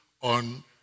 on